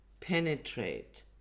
penetrate